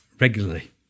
regularly